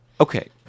Okay